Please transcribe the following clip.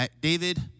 David